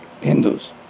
Hindus